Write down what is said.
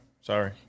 Sorry